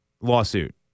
lawsuit